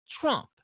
Trump